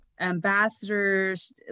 ambassadors